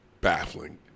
baffling